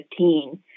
2015